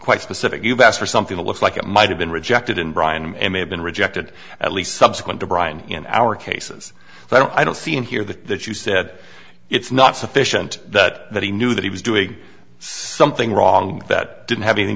quite specific you've asked for something that looks like it might have been rejected in brian and may have been rejected at least subsequent to brian in our cases but i don't see in here the that you said it's not sufficient that that he knew that he was doing something wrong that didn't have anything